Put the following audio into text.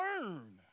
learn